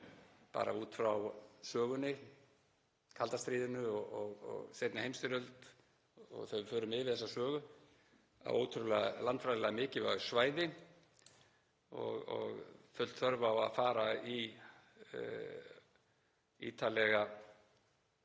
bara út frá sögunni, kalda stríðinu og seinni heimsstyrjöld, ef við förum yfir þessa sögu, á ótrúlega landfræðilega mikilvægu svæði og full þörf á að bæta getu